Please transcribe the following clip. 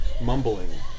mumbling